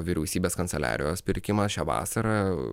vyriausybės kanceliarijos pirkimas šią vasarą